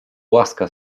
łaska